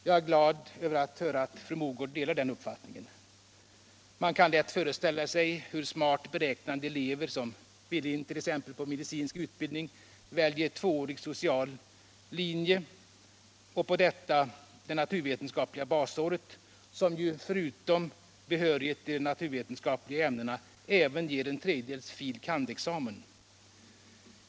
Jag är glad att höra att fru Mogård delar den uppfattningen. Man kan lätt föreställa sig hur smart beräknande elever, som vill in på t.ex. medicinsk utbildning, väljer tvåårig social linje och på detta det naturvetenskapliga basåret, som ju förutom behörighet i de naturvetenskapliga ämnena ger en tredjedels fil. kand.-examen.